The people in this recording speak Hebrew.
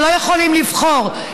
שלא יכולים לבחור,